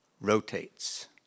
rotates